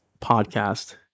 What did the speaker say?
podcast